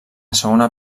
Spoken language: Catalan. segona